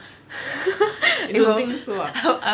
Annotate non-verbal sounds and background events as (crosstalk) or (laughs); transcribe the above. (laughs)